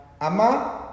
Ama